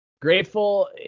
Grateful